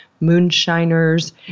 moonshiners